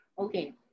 Okay